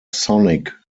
sonic